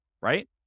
right